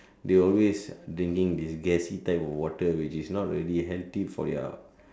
they always drinking this gassy type of water which is not really healthy for their